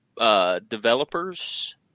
Developers